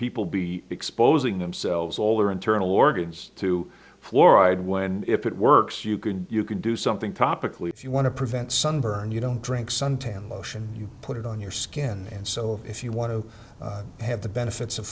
people be exposing themselves all their internal organs to fluoride when if it works you can you can do something topical if you want to prevent sunburn you don't drink suntan lotion you put it on your skin and so if you want to have the benefits of